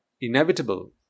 inevitable